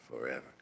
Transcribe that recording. forever